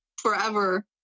forever